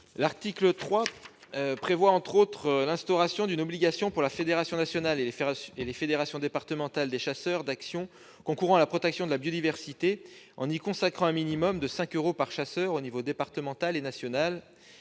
de loi prévoit, entre autres mesures, l'instauration d'une obligation, pour la Fédération nationale et les fédérations départementales des chasseurs, de mener des actions concourant à la protection de la biodiversité, en y consacrant un minimum de 5 euros par chasseur à l'échelon départemental et national.